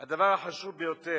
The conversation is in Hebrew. הדבר החשוב ביותר,